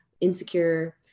insecure